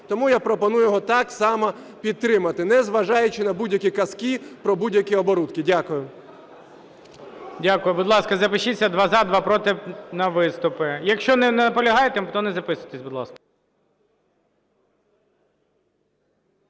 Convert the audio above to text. Тому я пропоную його так само підтримати, незважаючи на будь-які казки про будь-які оборудки. Дякую. ГОЛОВУЮЧИЙ. Дякую. Будь ласка, запишіться: два – за, два – проти на виступи. Якщо не наполягаєте, то не записуйтесь, будь ласка.